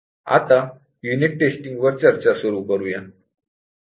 आता unit testing वर चर्चा सुरू करूया